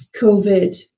COVID